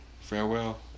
Farewell